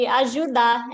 ajudar